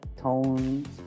tones